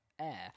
air